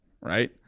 right